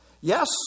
Yes